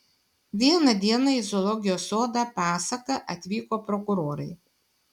vieną dieną į zoologijos sodą pasaką atvyko prokurorai